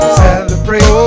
celebrate